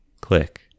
click